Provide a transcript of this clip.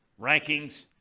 rankings